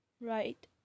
right